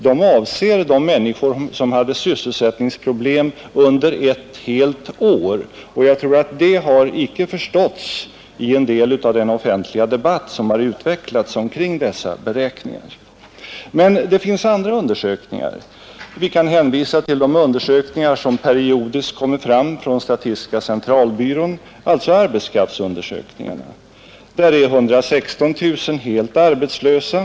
Dessa avser de människor som hade sysselsättningsproblem under ett helt år, och jag tror att det icke har förståtts i en del av den offentliga debatt som utvecklats kring dessa beräkningar. Men det finns andra undersökningar. Vi kan hänvisa till de undersökningar som kommer från statistiska centralbyrån, alltså arbetskraftsundersökningarna. Enligt dessa är 116 000 helt arbetslösa.